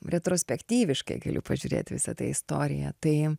retrospektyviškai galiu pažiūrėt į visą tą istoriją tai